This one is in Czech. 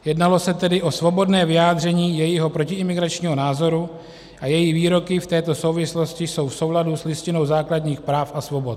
Jednalo se tedy o svobodné vyjádření jejího protiimigračního názoru a její výroky v této souvislosti jsou v souladu s Listinou základních práv a svobod.